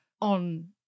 on